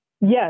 Yes